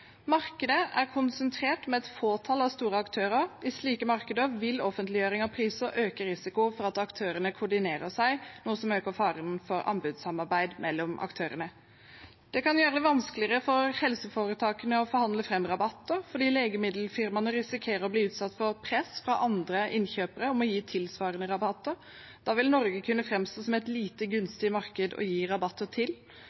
Markedet er konsentrert med et fåtall store aktører. I slike markeder vil offentliggjøring av priser øke risikoen for at aktørene koordinerer seg, noe som øker faren for anbudssamarbeid mellom aktørene. Det kan gjøre det vanskeligere for helseforetakene å forhandle fram rabatter, fordi legemiddelfirmaene risikerer å bli utsatt for press fra andre innkjøpere om å gi tilsvarende rabatter. Da vil Norge kunne framstå som et lite